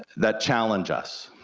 that challenge us,